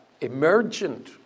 emergent